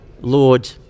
Lord